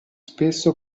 spesso